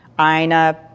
Ina